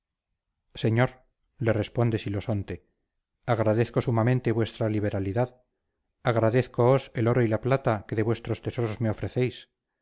señor le responde silosonte agradezco sumamente vuestra liberalidad agradézcoos el oro y la plata que de vuestros tesoros me ofrecéis